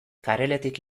kareletik